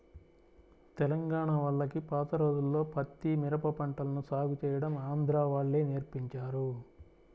తెలంగాణా వాళ్లకి పాత రోజుల్లో పత్తి, మిరప పంటలను సాగు చేయడం ఆంధ్రా వాళ్ళే నేర్పించారు